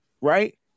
Right